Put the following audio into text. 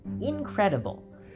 incredible